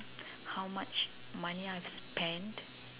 how much money I have spent